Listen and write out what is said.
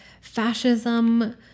fascism